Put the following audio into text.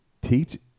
Teach